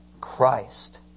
Christ